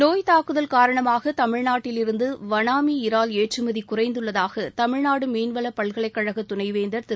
நோய்த்தாக்குதல் காரணமாக தமிழ்நாட்டிலிருந்து வனாமி இறால் ஏற்றுமதி குறைந்துள்ளதாக தமிழ்நாடு மீன்வள பல்கலைக்கழக துணைவேந்தர் திரு